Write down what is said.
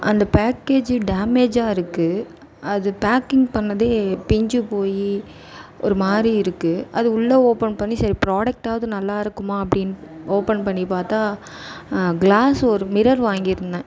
அந்த பேக்கேஜூ டேமேஜாக இருக்குது அது பேக்கிங் பண்ணுணதே பிஞ்சு போய் ஒரு மாதிரி இருக்குது அது உள்ள ஓபன் பண்ணி சரி ப்ரோடக்ட் ஆவது நல்லா இருக்குமானு அப்படினு ஓபன் பண்ணி பார்த்தா கிளாஸ் ஒரு மிரர் வாங்கி இருந்தேன்